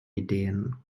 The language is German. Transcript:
ideen